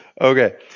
Okay